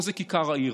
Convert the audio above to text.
פה זה כיכר העיר,